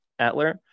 Atler